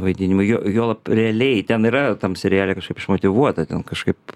vaidinimui jo juolab realiai ten yra tam seriale kažkaip išmotyvuota ten kažkaip